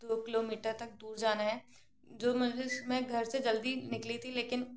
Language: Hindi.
दो किलोमीटर तक दूर जाना है जो मज़े से मैं घर से जल्दी निकली थी लेकिन